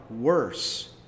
worse